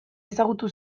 ezagutu